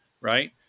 right